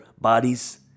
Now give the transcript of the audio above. bodies